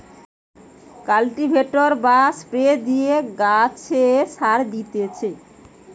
cultivator বা spray দিয়ে গাছে সার দিচ্ছি